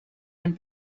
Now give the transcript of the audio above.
and